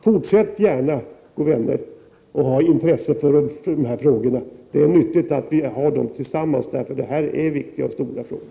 Fortsätt gärna, go” vänner, att visa intresse för handikappfrågorna. Det är nyttigt att vi har det intresset tillsammans, för här gäller det stora och viktiga frågor.